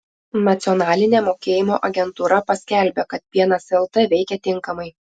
nacionalinė mokėjimo agentūra paskelbė kad pienas lt veikia tinkamai